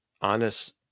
honest